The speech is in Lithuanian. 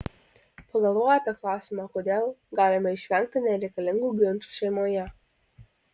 pagalvoję apie klausimą kodėl galime išvengti nereikalingų ginčų šeimoje